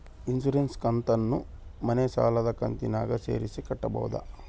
Insurance ಕಂತನ್ನ ಮನೆ ಸಾಲದ ಕಂತಿನಾಗ ಸೇರಿಸಿ ಕಟ್ಟಬೋದ?